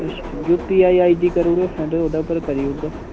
UPI करी ओड़ेओ send ओह्दे पर करी ओड़गा